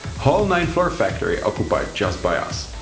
whole nine floor factory occupied just by us.